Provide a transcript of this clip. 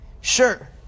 Sure